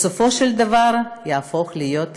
בסופו של דבר יהפוך להיות קשיש.